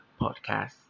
podcast